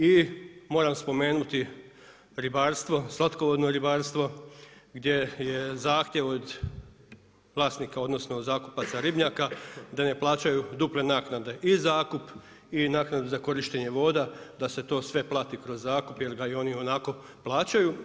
I moram spomenuti ribarstvo, slatkovodno ribarstvo, gdje je zahtjev od vlasnika, odnosno zakupaca ribnjaka da ne plaćaju duple naknade i zakup i naknadu za korištenje voda, da se to sve plati zakup, jer ga oni i onako plaćaju.